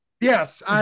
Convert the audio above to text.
Yes